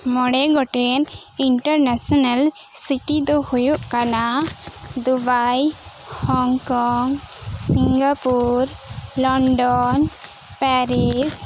ᱢᱚᱬᱮ ᱜᱚᱴᱮᱱ international city ᱫᱚ ᱦᱩᱭᱩᱜ ᱠᱟᱱᱟ Dubai Hong Kong Singapore London Paris